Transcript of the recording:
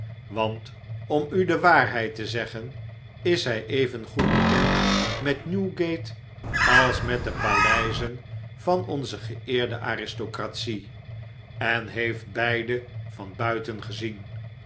want om u de waarheid te zeggen is hij even goed bekend met newgate als met de paleizen van onze geeerde aristocratie en heeft beide van buiten gezien